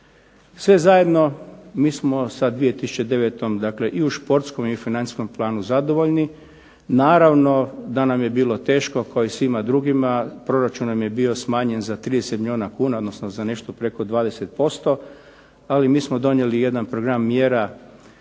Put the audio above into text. Sve zajedno, mi smo sa 2009. dakle i u športskom i financijskom planu zadovoljni. Naravno da nam je bilo teško kao i svima drugima, proračun nam je bio smanjen za 30 milijuna kuna, odnosno za nešto preko 20%, ali mi smo donijeli jedan program mjera